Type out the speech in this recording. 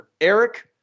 Eric